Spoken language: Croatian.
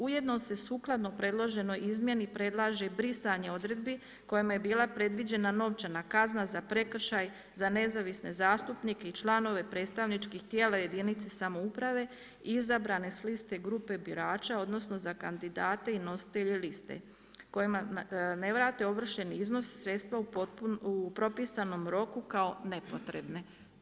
Ujedno se sukladno predloženoj izmjeni predlaže i brisanje odredbi kojima je bila predviđena novčana kazna za prekršaj za nezavisne zastupnike i članove prestavničkih tijela jedinice samouprave izabrane s liste grupe birača, odnosno za kandidate i nositelje liste kojima ne vrate ovršeni iznos sredstva u propisanom roku kao nepotrebne.